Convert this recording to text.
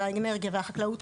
והאנרגיה והחקלאות.